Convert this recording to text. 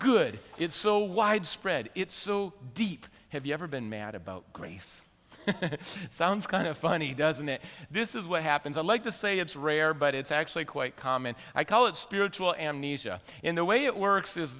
good it's so widespread it's so deep have you ever been mad about grace it sounds kind of funny doesn't it this is what happens i like to say it's rare but it's actually quite common i call it spiritual amnesia in the way it works is